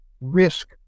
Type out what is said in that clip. risk